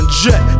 jet